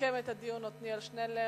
ויסכם את הדיון עתניאל שנלר.